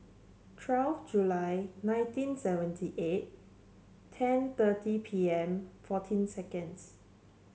twelve July nineteen seventy eight ten thirty P M fourteen seconds